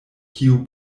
kiu